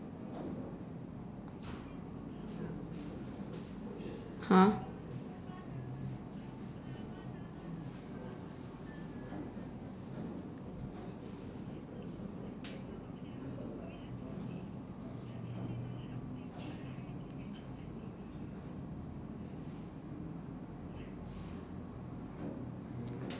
!huh!